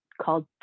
called